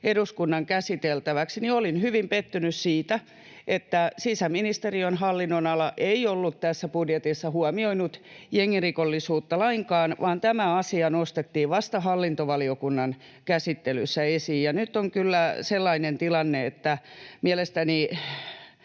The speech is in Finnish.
eduskunnan käsiteltäväksi, hyvin pettynyt siitä, että sisäministeriön hallinnonala ei ollut tässä budjetissa huomioinut jengirikollisuutta lainkaan, vaan tämä asia nostettiin vasta hallintovaliokunnan käsittelyssä esiin. Nyt on kyllä sellainen tilanne, että mielestäni,